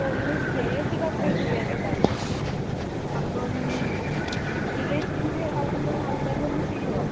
ഒന്ന് stage decorate ചെയ്യാനുണ്ടായിരുന്നു അപ്പം ലിലേച്ചിൻ്റെ അവിടുന്ന് ആൾക്കാർ വന്ന് ചെയ്യുമോ